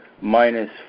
minus